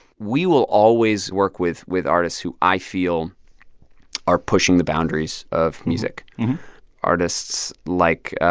we will always work with with artists who i feel are pushing the boundaries of music artists like